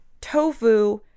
tofu